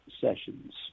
sessions